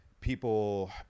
people